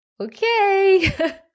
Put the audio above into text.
okay